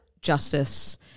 justice